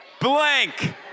blank